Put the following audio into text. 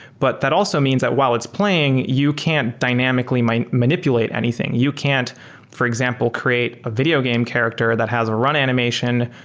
but that also means that while it's playing, you can't dynamically manipulate anything. you can't for example create a video game character that has a run animation,